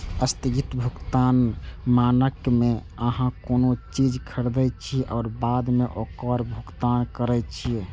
स्थगित भुगतान मानक मे अहां कोनो चीज खरीदै छियै आ बाद मे ओकर भुगतान करै छियै